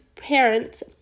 parents